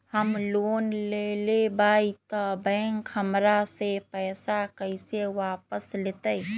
हम लोन लेलेबाई तब बैंक हमरा से पैसा कइसे वापिस लेतई?